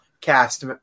cast